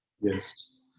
Yes